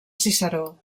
ciceró